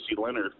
Leonard